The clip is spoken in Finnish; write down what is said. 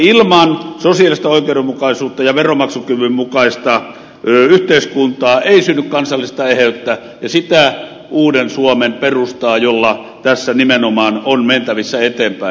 ilman sosiaalista oikeudenmukaisuutta ja veronmaksukyvyn mukaista yhteiskuntaa ei synny kansallista eheyttä ja sitä uuden suomen perustaa jolla tässä nimenomaan on mentävissä eteenpäin